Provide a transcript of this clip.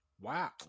Wow